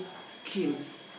skills